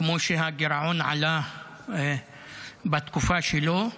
כמו שהגירעון עלה בתקופה שלו.